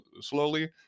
slowly